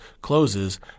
closes